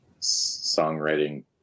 songwriting